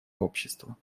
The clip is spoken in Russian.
общества